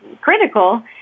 critical